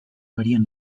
varien